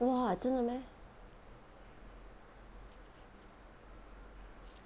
!wah! 真的 meh